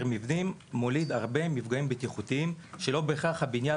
מבנים מוליד הרבה מפגעים בטיחותיים כאשר לא בהכרח הבניין